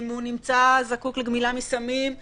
אם הוא נמצא זקוק לגמילה מסמים- -- כלומר,